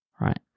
Right